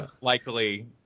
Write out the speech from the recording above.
likely